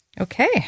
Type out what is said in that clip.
Okay